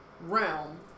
realm